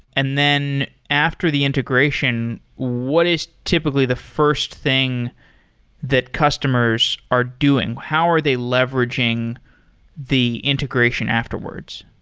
and then after the integration, what is typically the first thing that customers are doing? how are they leveraging the integration afterwards?